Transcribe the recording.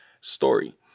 story